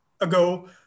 ago